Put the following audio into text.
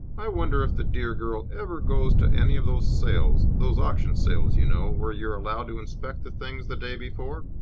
i wonder if the dear girl ever goes to any of those sales those auction-sales, you know, where you're allowed to inspect the things the day before?